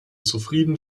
zufrieden